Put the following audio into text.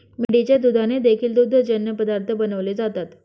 मेंढीच्या दुधाने देखील दुग्धजन्य पदार्थ बनवले जातात